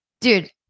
Dude